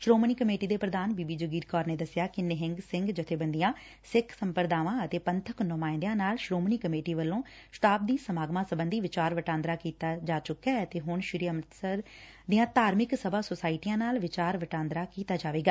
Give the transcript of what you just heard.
Shiromani committee ਦੇ ਪ੍ਰਧਾਨ ਬੀਬੀ ਜਗੀਰ ਕੌਰ ਨੇ ਦੱਸਿਆ ਕਿ ਨਿਹੰਗ ਸਿੰਘ ਜਬੇਬੰਦੀਆਂ ਸਿੱਖ ਸੰਪਰਦਾਵਾਂ ਅਤੇ ਪੰਬਕ ਨੁਮਾਇੰਦਿਆਂ ਨਾਲ ਸ਼ੋਮਣੀ ਕਮੇਟੀ ਵੱਲੋਂ ਸ਼ਤਾਬਦੀ ਸਮਾਗਮਾਂ ਸਬੰਧੀ ਵਿਚਾਰ ਵਿਟਾਦਰਾ ਕੀਤਾ ਜਾ ਚੂੱਕੈ ਅਤੇ ਹੁਣ ਸ੍ਰੀ ਅੰਮਿਤਸਰ ਦੀਆ ਧਾਰਮਿਕ ਸਭਾ ਸੁਸਾਇਟੀਆ ਨਾਲ ਵਿਚਾਰ ਵਿਟਾਦਰਾ ਕੀਤਾ ਜਾਵੇਗਾ